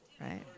Right